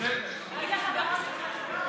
תגיד לחברות שלך שם.